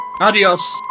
Adios